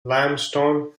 limestone